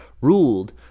ruled